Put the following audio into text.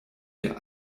wir